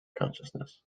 consciousness